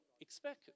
expect